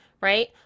right